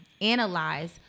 analyze